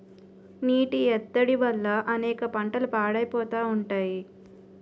నీటి ఎద్దడి వల్ల అనేక పంటలు పాడైపోతా ఉంటాయి